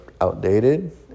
outdated